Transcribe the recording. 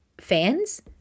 fans